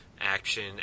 action